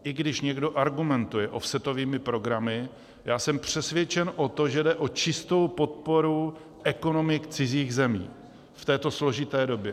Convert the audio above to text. I když někdo argumentuje offsetovými programy, já jsem přesvědčen o tom, že jde o čistou podporu ekonomik cizích zemí v této složité době.